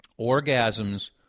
orgasms